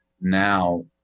Now